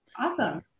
Awesome